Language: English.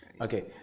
Okay